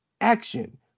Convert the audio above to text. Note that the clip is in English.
action